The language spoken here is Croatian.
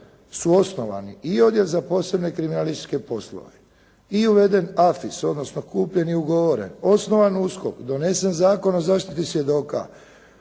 su osnovani i odjel za posebne kriminalističke poslove i uveden AFIS, odnosno kupljen je i ugovoren, osnovan USKOK, donesen Zakon o zaštiti svjedoka,